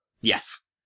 Yes